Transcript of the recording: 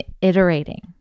iterating